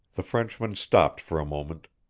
the frenchman stopped for a moment.